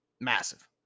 massive